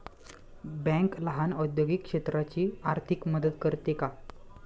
Bank लहान औद्योगिक क्षेत्राची आर्थिक मदत करते का?